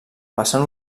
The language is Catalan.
vessant